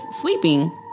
sleeping